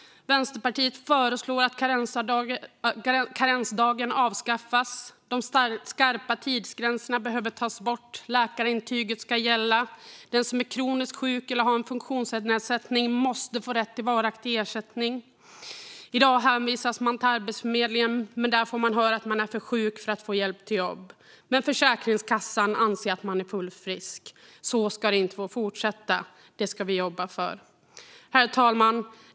Vänsterpartiet föreslår att karensdagen avskaffas. De skarpa tidsgränserna behöver tas bort. Läkarintyget ska gälla. Den som är kroniskt sjuk eller har funktionsnedsättning måste få rätt till varaktig ersättning. I dag hänvisas man till Arbetsförmedlingen. Där får man höra att man är för sjuk för att få hjälp till jobb. Men Försäkringskassan anser att man är fullt frisk. Så ska det inte få fortsätta. Det ska vi jobba för. Herr talman!